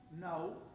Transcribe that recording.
No